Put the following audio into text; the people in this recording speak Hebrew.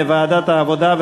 לדיון מוקדם בוועדת העבודה,